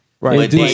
Right